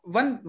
one